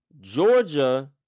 Georgia